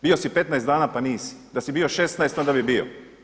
Bio si 15 dana pa nisi, da si bio 16 onda bi bio.